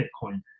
bitcoin